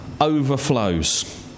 overflows